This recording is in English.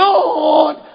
Lord